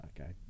okay